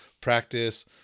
practice